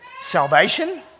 salvation